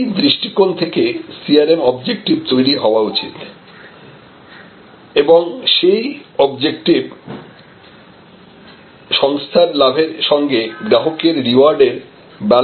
এই দৃষ্টিকোণ থেকে CRM অবজেক্টিভ তৈরি করা উচিত এবং সেই অবজেক্টিভ সংস্থার লাভের সঙ্গে গ্রাহকের রিওয়ার্ড এর ব্যালেন্স করবে